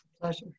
Pleasure